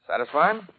Satisfying